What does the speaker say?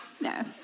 no